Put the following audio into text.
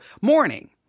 morning